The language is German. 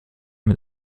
mit